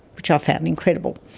which i found incredible.